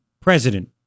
president